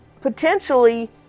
potentially